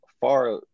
far